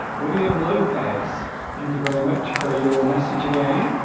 william lopez thank you very much for your message again